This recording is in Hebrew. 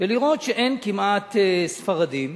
ולראות שאין כמעט ספרדים.